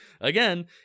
again